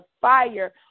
fire